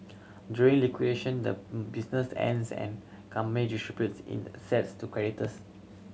during liquidation the business ends and company distributes in assets to creditors